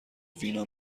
وینا